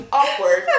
awkward